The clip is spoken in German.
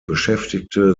beschäftigte